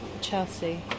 Chelsea